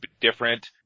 different